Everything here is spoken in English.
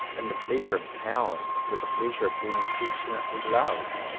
and the pleasure of power to the pleasure of being affectionately loved.